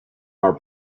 our